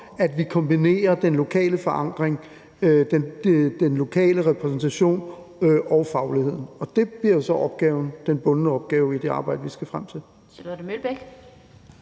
at vi kombinerer den lokale forankring, den lokale repræsentation, og fagligheden. Og det bliver jo så den bundne opgave i det arbejde, vi skal frem til.